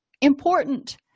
important